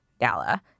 Gala